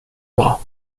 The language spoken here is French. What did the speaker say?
bras